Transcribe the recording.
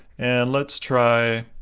and let's try,